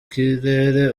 kirere